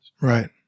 right